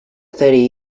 thirty